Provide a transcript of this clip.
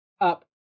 up